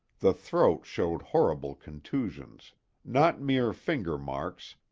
the throat showed horrible contusions not mere finger-marks,